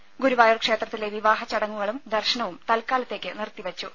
ത ഗുരുവായൂർ ക്ഷേത്രത്തിലെ വിവാഹ ചടങ്ങുകളും ദർശനവും തൽക്കാലത്തേക്ക് നിർത്തിവെച്ചു